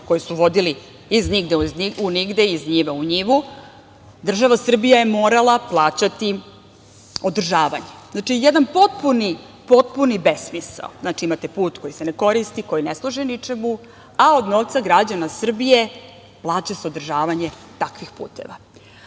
koje su vodili iz nigde u nigde, iz njive u njivu, država Srbija je morala plaćati održavanje. Znači, jedan potpuni, potpuni besmisao, znači imate put koji se ne koristi, koji ne služi ničemu, a od novca građana Srbije plaća se održavanje takvih puteva.Međutim